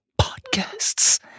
podcasts